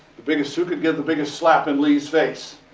the biggest, who could get the biggest slap in lee's face.